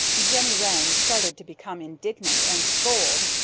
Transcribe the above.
jenny wren started to become indignant and scold,